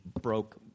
broke